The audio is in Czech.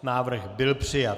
Návrh byl přijat.